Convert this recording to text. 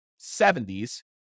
70s